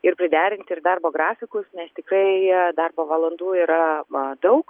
ir priderinti ir darbo grafikus nes tikrai darbo valandų yra ma daug